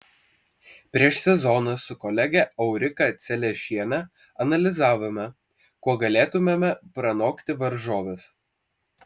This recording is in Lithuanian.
prieš sezoną su kolege aurika celešiene analizavome kuo galėtumėme pranokti varžoves